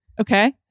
Okay